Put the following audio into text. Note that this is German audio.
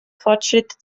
fortschritte